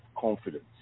confidence